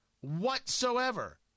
whatsoever